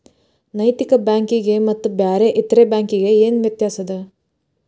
ನೈತಿಕ ಬ್ಯಾಂಕಿಗೆ ಮತ್ತ ಬ್ಯಾರೆ ಇತರೆ ಬ್ಯಾಂಕಿಗೆ ಏನ್ ವ್ಯತ್ಯಾಸದ?